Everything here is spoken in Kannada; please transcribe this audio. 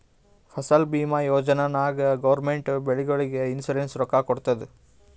ಫಸಲ್ ಭೀಮಾ ಯೋಜನಾ ನಾಗ್ ಗೌರ್ಮೆಂಟ್ ಬೆಳಿಗೊಳಿಗ್ ಇನ್ಸೂರೆನ್ಸ್ ರೊಕ್ಕಾ ಕೊಡ್ತುದ್